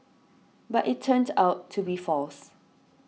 but it turned out to be false